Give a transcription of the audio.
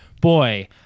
boy